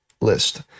list